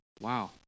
Wow